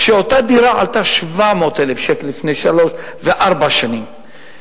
כשאותה דירה עלתה 700,000 שקל לפני שלוש וארבע שנים,